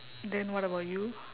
then what about you